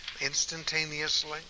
instantaneously